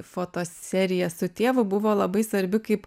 fotoserija su tėvu buvo labai svarbi kaip